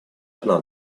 одна